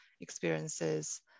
experiences